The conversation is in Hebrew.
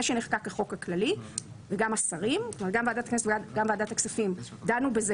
שנחקק החוק הכללי וגם השרים וגם ועדת הכנסת וגם ועדת הכספים דנו בזה